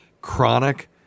chronic